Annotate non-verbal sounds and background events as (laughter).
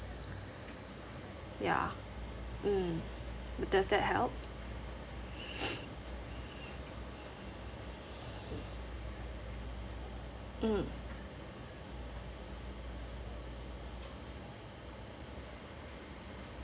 ya mm does that help (breath) mm